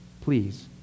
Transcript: Please